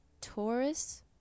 Taurus